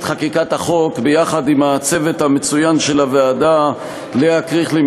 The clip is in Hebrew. חקיקת החוק יחד עם הצוות המצוין של הוועדה: לאה קריכלי,